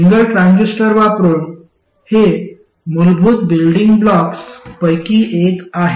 single transistor वापरुन हे मूलभूत बिल्डिंग ब्लॉक्स पैकी एक आहे